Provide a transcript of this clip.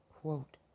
Quote